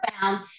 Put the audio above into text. found